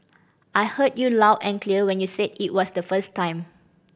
I heard you loud and clear when you said it the first time